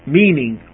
meaning